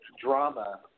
drama